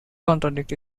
contradict